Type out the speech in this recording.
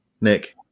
Nick